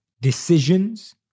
decisions